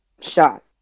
shot